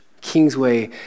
Kingsway